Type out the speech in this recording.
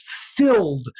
filled